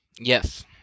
Yes